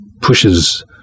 pushes